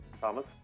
Thomas